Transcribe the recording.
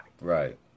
Right